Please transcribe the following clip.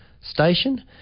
Station